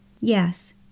Yes